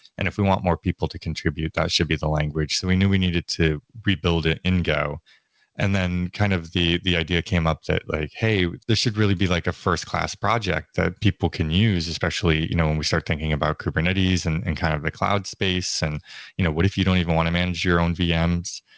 and if we want more people to contribute, that should be the language. so we knew we needed to rebuild it in go and then kind of the the idea came up that, like hey, this should really be like a first class project that people can use especially you know when we start thinking about kubernetes and and kind of the cloud space and you know what if you don't even want to manage your own vms?